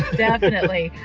definitely!